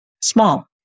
small